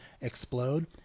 explode